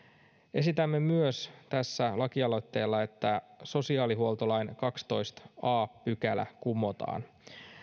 esitämme tässä lakialoitteella myös että sosiaalihuoltolain kahdestoista a pykälä kumotaan